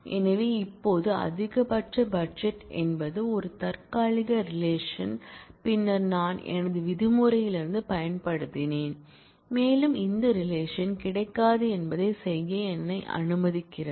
எனவே இப்போது அதிகபட்ச பட்ஜெட் என்பது ஒரு தற்காலிக ரிலேஷன் பின்னர் நான் எனது விதிமுறையிலிருந்து பயன்படுத்தினேன் மேலும் இந்த ரிலேஷன் கிடைக்காது என்பதைச் செய்ய என்னை அனுமதிக்கிறது